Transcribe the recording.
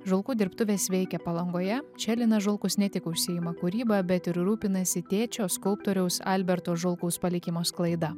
žulkų dirbtuvės veikia palangoje čia linas žulkus ne tik užsiima kūryba bet ir rūpinasi tėčio skulptoriaus alberto žulkaus palikimo sklaida